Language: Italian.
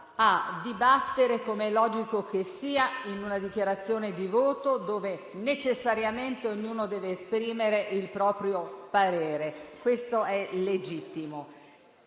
a dibattere, com'è logico che sia in una dichiarazione di voto, dove necessariamente ognuno deve esprimere il proprio parere. Questo è legittimo.